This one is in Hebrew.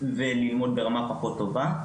וללמוד ברמה פחות טובה,